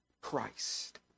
Christ